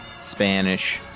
Spanish